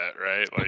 right